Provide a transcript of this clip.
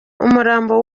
umurambo